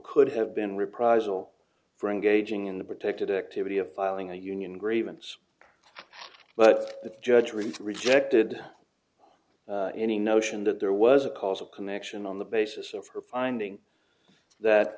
could have been reprisal for engaging in the protected activity of filing a union grievance but the judge really rejected any notion that there was a causal connection on the basis of her finding that